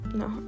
no